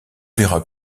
verra